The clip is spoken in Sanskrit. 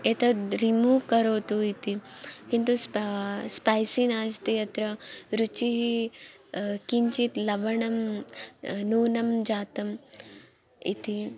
एतद् रिमूव् करोतु इति किन्तु स् स्प स्पैसि नास्ति अत्र रुचिः किञ्चित् लवणं न्यूनं जातम् इति